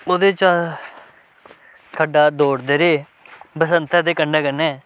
ओह्दे च अस खड्डा दौड़दे रेह् बसंतर दे कन्नै कन्नै